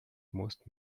most